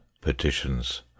petitions